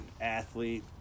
athlete